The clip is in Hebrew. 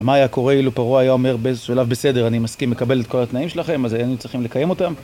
מה היה קורה אילו פרעה היה אומר באיזשהו שלב, בסדר, אני מסכים, מקבל את כל התנאים שלכם, אז היינו צריכים לקיים אותם?